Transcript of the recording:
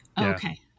Okay